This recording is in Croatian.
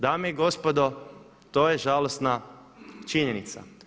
Dame i gospodo to je žalosna činjenica.